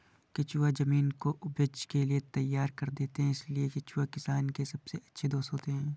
केंचुए जमीन को उपज के लिए तैयार कर देते हैं इसलिए केंचुए किसान के सबसे अच्छे दोस्त होते हैं